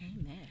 Amen